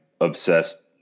obsessed